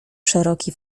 szeroki